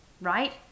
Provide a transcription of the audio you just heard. right